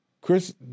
Chris